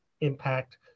impact